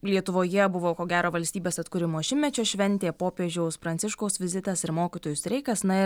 lietuvoje buvo ko gero valstybės atkūrimo šimtmečio šventė popiežiaus pranciškaus vizitas ir mokytojų streikas na ir